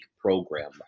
program